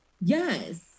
Yes